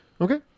Okay